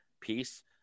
piece